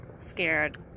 Scared